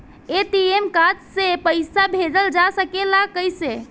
ATM card से पइसा भेजल जा सकेला कइसे?